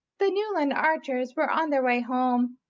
the newland archers were on their way home,